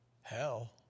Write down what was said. hell